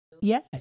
yes